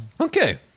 Okay